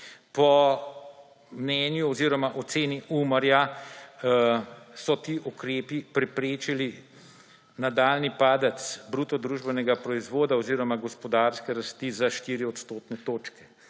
Po mnenju oziroma oceni Umarja so ti ukrepi preprečili nadaljnji padec bruto družbenega proizvoda oziroma gospodarske rasti za 4 odstotne točke.